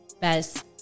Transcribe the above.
best